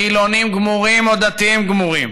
חילונים גמורים או דתיים גמורים